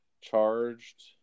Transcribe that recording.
Charged